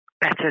better